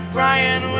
Brian